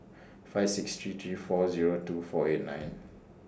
five six three three four Zero two four eight nine